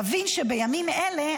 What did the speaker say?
תבין שבימים אלה,